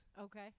Okay